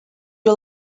you